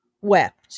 wept